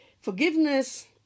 forgiveness